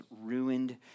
ruined